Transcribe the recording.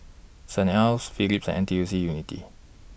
Saint Ives Phillips N T U C Unity